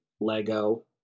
Lego